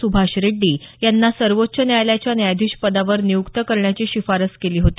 सुभाष रेड्डी यांना सर्वोच्च न्यायालयाच्या न्यायाधीशपदावर नियुक्त करण्याची शिफारस केली होती